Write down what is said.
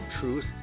Truth